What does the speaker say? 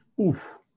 Oof